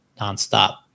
nonstop